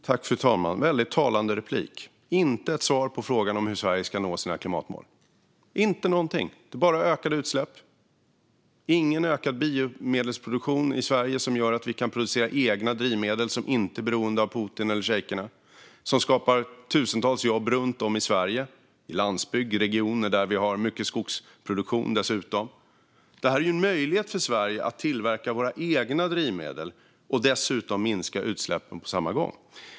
Fru talman! Det var en väldigt talande replik. Jag fick inte ett svar på frågan hur Sverige ska nå sina klimatmål - inte någonting. Det är bara ökade utsläpp, ingen ökad biomedelsproduktion i Sverige som gör att vi kan producera egna drivmedel som inte är beroende av Putin eller schejkerna, som skapar tusentals jobb runt om i Sverige, i landsbygd och i regioner där vi dessutom har mycket skogsproduktion. Det här är en möjlighet för Sverige att tillverka våra egna drivmedel och dessutom minska utsläppen på samma gång.